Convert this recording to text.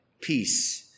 Peace